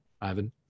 Ivan